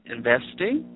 Investing